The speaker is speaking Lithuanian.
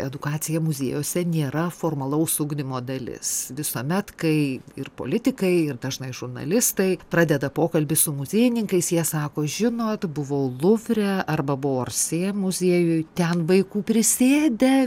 edukacija muziejuose nėra formalaus ugdymo dalis visuomet kai ir politikai ir dažnai žurnalistai pradeda pokalbį su muziejininkais jie sako žinot buvau luvre arba boarsė muziejuj ten vaikų prisiėdę